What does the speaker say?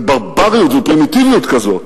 לברבריות, לפרימיטיביות כזאת,